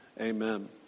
Amen